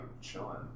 chilling